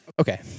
Okay